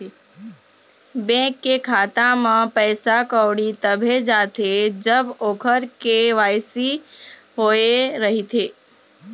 bank के खाता म पइसा कउड़ी तभे जाथे जब ओखर के.वाई.सी होए रहिथे